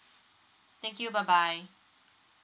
thank you bye bye